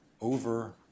over